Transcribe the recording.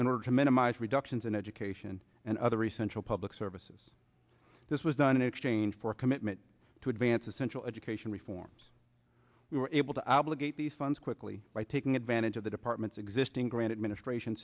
in order to minimize reductions in education and other essential public services this was done in exchange for a commitment to advance essential education reforms we were able to obligate the funds quickly by taking advantage of the department's existing granite ministration